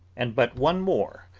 and but one more,